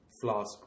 flask